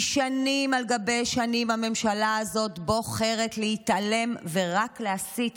כי שנים על גבי שנים הממשלה הזאת בוחרת להתעלם ורק להסית,